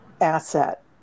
asset